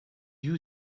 you